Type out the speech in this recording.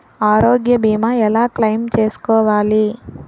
ఆరోగ్య భీమా ఎలా క్లైమ్ చేసుకోవాలి?